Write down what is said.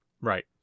Right